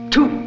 Two